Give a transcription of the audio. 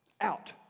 out